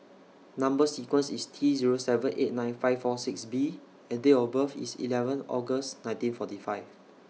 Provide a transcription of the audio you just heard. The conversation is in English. Number sequence IS T Zero seven eight nine five four six B and Date of birth IS eleven August nineteen forty five